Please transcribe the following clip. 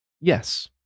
yes